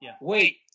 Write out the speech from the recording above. Wait